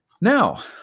Now